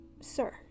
sir